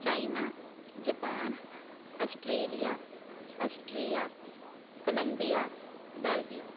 China Japan Australia Austria Columbia Belgium